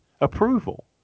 approval